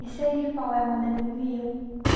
ꯏꯁꯩꯒꯤ ꯄꯥꯎ ꯑꯩꯉꯣꯟꯗ ꯄꯤꯕꯤꯌꯨ